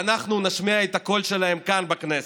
ואנחנו נשמיע את הקול שלהם כאן בכנסת.